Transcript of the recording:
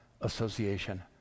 Association